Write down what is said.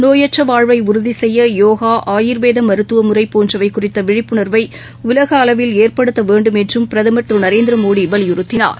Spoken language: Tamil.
நோயற்றவாழ்வைஉறுதிசெய்யயோகா ஆயுர்வேதமருத்துவமுறைபோன்றவைகுறித்தவிழிப்புணர்வைஉலகஅளவில் ஏற்படுத்தவேண்டும் என்றும் பிரதமர் திருநரேந்திரமோடிவலியுறுத்தினார்